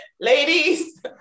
ladies